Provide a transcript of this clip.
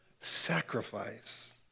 sacrifice